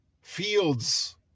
fields